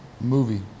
movie